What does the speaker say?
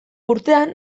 urtean